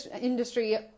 industry